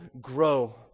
grow